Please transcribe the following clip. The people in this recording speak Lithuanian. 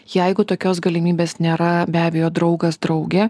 jeigu tokios galimybės nėra be abejo draugas draugė